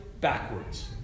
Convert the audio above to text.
backwards